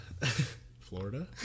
Florida